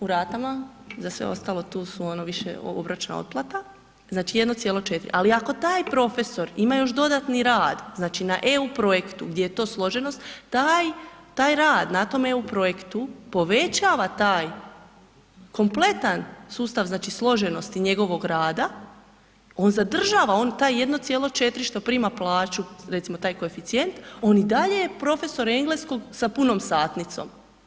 U ratama, za sve ostalo, tu su ono više obročna otplata, znači 1,4, ali ako taj profesor ima još dodatni rad, znači na EU projektu gdje je to složenost, taj rad na tom EU projektu povećava taj kompletan sustav znači složenosti njegovog rada, on zadržava on, taj 1,4 što prima plaću, recimo, taj koeficijent, on i dalje je profesor engleskog sa punom satnicom.